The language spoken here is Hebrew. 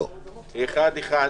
אחד-אחד.